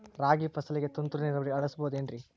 ರಾಗಿ ಫಸಲಿಗೆ ತುಂತುರು ನೇರಾವರಿ ಅಳವಡಿಸಬಹುದೇನ್ರಿ?